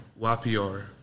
YPR